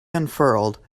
unfurled